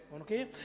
okay